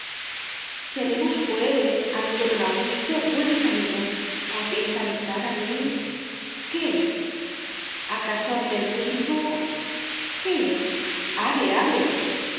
seremos pues amigo don augusto buenos amigos aunque esta amistad a mí qué acaso ante el público qué